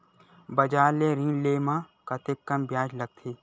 बजार ले ऋण ले म कतेकन ब्याज लगथे?